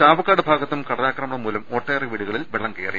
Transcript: ചാവക്കാട് ഭാഗത്തും കടലാക്രമണം മൂലം ഒട്ടേറെ വീടു കളിൽ വെള്ളം കയറി